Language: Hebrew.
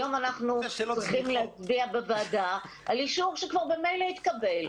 היום אנחנו צריכים להצביע בוועדה על אישור שממילא התקבל.